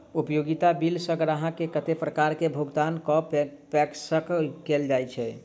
उपयोगिता बिल सऽ ग्राहक केँ कत्ते प्रकार केँ भुगतान कऽ पेशकश कैल जाय छै?